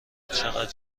چقدر